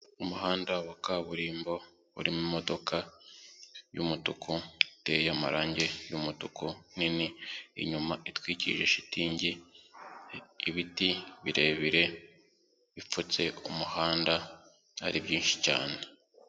Umuhanda wa kaburimbo uri mumodoka y'umutuku iteye amarangi y'umutuku nini, inyuma itwikije shitingi ibiti birebire bipfutse umuhanda ari byinshi cyane.